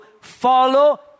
follow